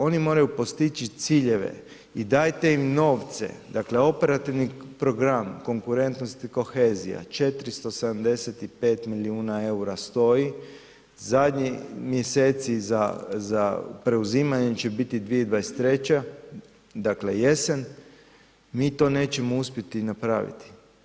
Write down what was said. Oni moraju postići ciljeve i dajte im novce, dakle Operativni program konkurentnost i kohezija 475 milijuna EUR-a stoji, zadnji mjeseci za preuzimanje će biti 2023., dakle jesen, mi to nećemo uspjeti napraviti.